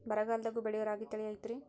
ಬರಗಾಲದಾಗೂ ಬೆಳಿಯೋ ರಾಗಿ ತಳಿ ಐತ್ರಿ?